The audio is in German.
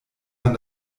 man